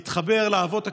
להתחבר לאבות הקדושים,